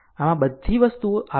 આમ આ બધી વસ્તુઓ આપેલ છે